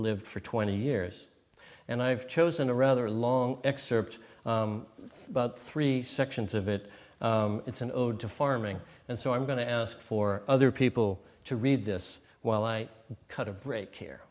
lived for twenty years and i've chosen a rather long excerpt about three sections of it it's an ode to farming and so i'm going to ask for other people to read this while i cut a break here